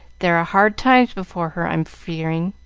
there are hard times before her, i'm fearing.